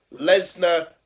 Lesnar